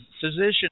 physician